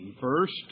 First